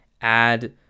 add